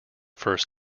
first